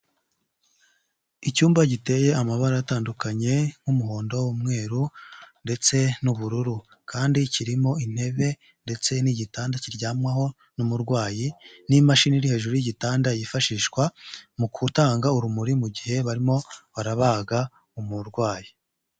Icyumba giteye amabara atandukanye, nk'umuhondo, umweru, ndetse n'ubururu. Kandi kirimo intebe ndetse n'igitanda kiryamwaho n'umurwayi, n'imashini iri hejuru y'igitanda, yifashishwa mu gutanga urumuri, mu gihe barimo barabaga umurwayi.